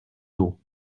d’eau